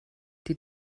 die